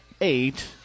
eight